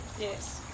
Yes